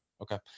Okay